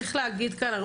צריך להגיד כאן,